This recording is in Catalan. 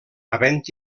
havent